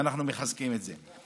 ואנחנו מחזקים את זה.